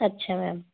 ਅੱਛਾ ਮੈਮ